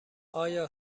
آیا